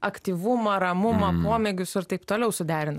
aktyvumą ramumą pomėgius ir taip toliau suderina